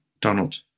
Donald